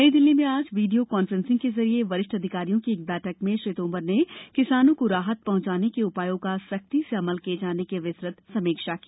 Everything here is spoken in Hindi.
नई दिल्ली में आज वीडियो कांफ्रेंसिंग के जरिए वरिष्ठ अधिकारियों की एक बैठक में श्री तोमर ने किसानों को राहत पहुंचाने के उपायों का सख्ती से अमल किये जाने की विस्तृत समीक्षा की